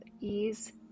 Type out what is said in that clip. ease